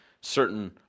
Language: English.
certain